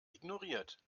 ignoriert